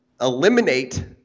eliminate